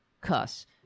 cuss